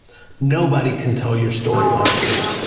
nobody can tell your story like you.